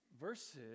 verses